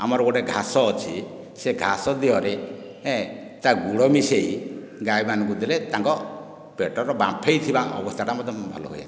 ଆମର ଗୋଟିଏ ଘାସ ଅଛି ସେ ଘାସ ଦେହରେ ତା ଗୁଡ଼ ମିଶାଇ ଗାଈ ମାନଙ୍କୁ ଦେଲେ ତାଙ୍କର ପେଟର ବାମ୍ଫେଇ ଥିବା ଅବସ୍ଥାଟା ମଧ୍ୟ ଭଲ ହୁଏ